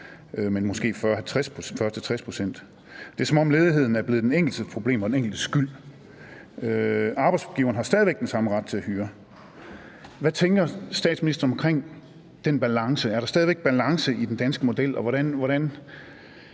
men måske 40-60 pct. Det er, som om ledigheden er blevet den enkeltes problem og den enkeltes skyld. Arbejdsgiveren har stadig væk den samme ret til at fyre. Hvad tænker statsministeren omkring den balance? Er der stadig væk balance i den danske model,